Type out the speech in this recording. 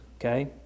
Okay